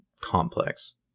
complex